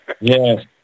yes